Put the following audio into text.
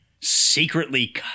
secretly